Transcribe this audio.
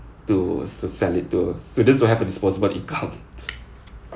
to s~ sell it to students who have a disposable income